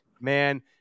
man